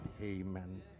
amen